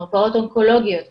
מרפאות אונקולוגיות וכדומה,